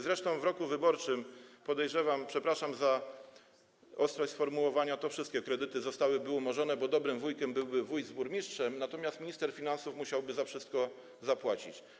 Zresztą w roku wyborczym, podejrzewam, przepraszam za ostrość sformułowania, że wszystkie kredyty zostałyby umorzone, bo dobrym wujkiem byłby wójt z burmistrzem, natomiast minister finansów musiałby za wszystko zapłacić.